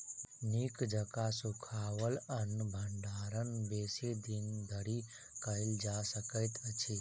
नीक जकाँ सुखाओल अन्नक भंडारण बेसी दिन धरि कयल जा सकैत अछि